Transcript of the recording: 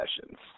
sessions